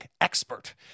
expert